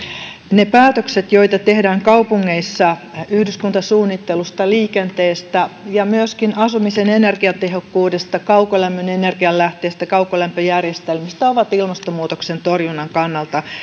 ne päätökset joita tehdään kaupungeissa yhdyskuntasuunnittelusta liikenteestä ja myöskin asumisen energiatehokkuudesta kaukolämmön energialähteestä kaukolämpöjärjestelmistä ovat ilmastonmuutoksen torjunnan kannalta